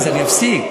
לא, אז אני אפסיק.